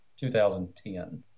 2010